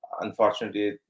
unfortunately